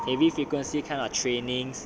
heavy frequency kind of trainings